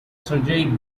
sergei